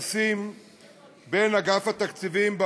אין נמנעים, אין מתנגדים.